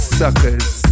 suckers